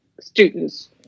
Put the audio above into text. students